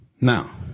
Now